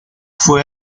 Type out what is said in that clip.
fue